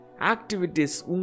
activities